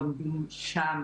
לומדים שם